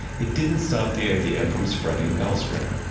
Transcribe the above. it didn't stop the idea from spreading elsewhere.